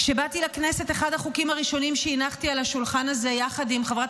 כשבאתי לכנסת אחד החוקים הראשונים שהנחתי על השולחן הזה יחד עם חברת